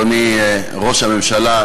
אדוני ראש הממשלה,